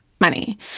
money